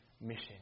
mission